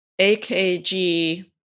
AKG